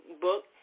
book